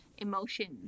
emotions